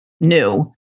new